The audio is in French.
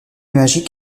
magique